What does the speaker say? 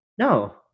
No